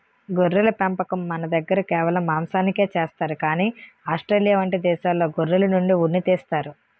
గొర్రెల పెంపకం మనదగ్గర కేవలం మాంసానికే చేస్తారు కానీ ఆస్ట్రేలియా వంటి దేశాల్లో గొర్రెల నుండి ఉన్ని తీస్తారు